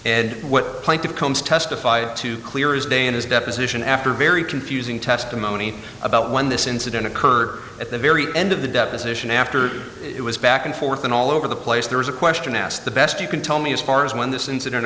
plaintiffs combs testified to clear as day in his deposition after very confusing testimony about when this incident occurred at the very end of the deposition after it was back and forth and all over the place there was a question asked the best you can tell me as far as when this incident